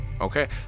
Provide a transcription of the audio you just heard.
Okay